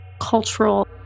cultural